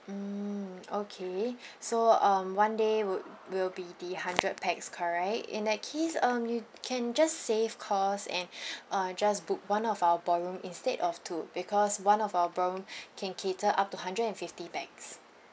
mm okay so uh one day would will be the hundred pax correct in that case um you can just save cost and uh just book one of our ballroom instead of two because one of our ballroom can cater up to hundred and fifty pax